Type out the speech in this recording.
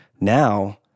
now